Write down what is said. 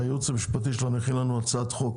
שהייעוץ המשפטי יכין לנו הצעת חוק